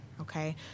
okay